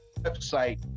website